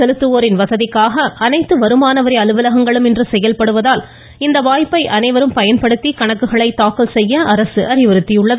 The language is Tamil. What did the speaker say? செலுத்துவோரின் வசதிக்காக அனைத்து வருமான வரி அலுவலகங்களும் இன்று வரி செயல்படுவதால் இந்த வாய்ப்பை அனைவரும் பயன்படுத்தி கணக்குகளை தாக்கல் செய்ய அரசு அறிவுறுத்தியுள்ளது